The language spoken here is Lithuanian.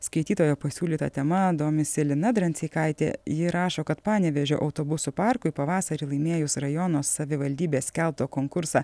skaitytojo pasiūlyta tema domisi lina dranseikaitė ji rašo kad panevėžio autobusų parkui pavasarį laimėjus rajono savivaldybės skelbtą konkursą